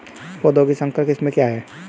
पौधों की संकर किस्में क्या क्या हैं?